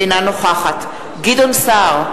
אינה נוכחת גדעון סער,